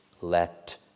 let